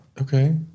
Okay